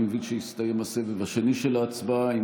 אני מבין שהסתיים הסבב השני של ההצבעה.